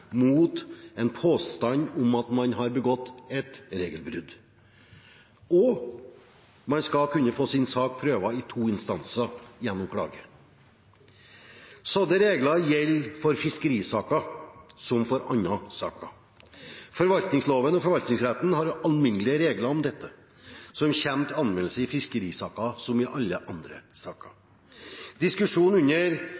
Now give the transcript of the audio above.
mot en påstand om at man har begått et regelbrudd, og at man skal kunne få sin sak prøvd i to instanser, gjennom klage. Slike regler gjelder for fiskerisaker, som for andre saker. Forvaltningsloven og forvaltningsretten har alminnelige regler om dette, som kommer til anvendelse i fiskerisaker som i alle andre